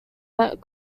that